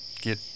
get